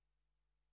המסדרת.